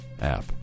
app